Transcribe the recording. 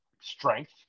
strength